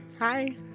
Hi